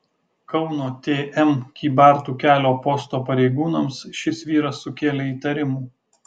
kauno tm kybartų kelio posto pareigūnams šis vyras sukėlė įtarimų